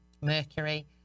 Mercury